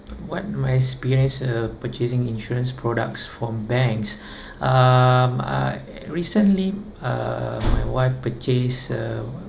what my experience uh purchasing insurance products from banks um I recently uh my wife purchase a